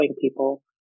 people